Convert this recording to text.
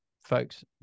folks